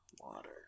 Water